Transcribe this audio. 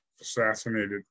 assassinated